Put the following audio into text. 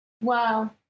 Wow